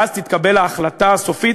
ואז תתקבל ההחלטה הסופית,